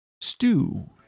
Stew